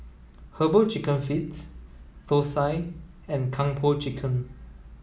herbal chicken feets Thosai and Kung Po Chicken